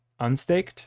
unstaked